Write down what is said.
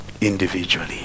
individually